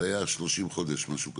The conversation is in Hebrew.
היה 30 חודש משהו כזה?